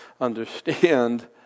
understand